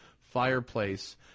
fireplace